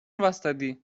واستادی